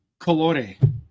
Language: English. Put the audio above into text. Colore